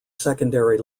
secondary